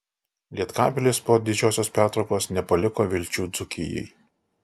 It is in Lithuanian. lietkabelis po didžiosios pertraukos nepaliko vilčių dzūkijai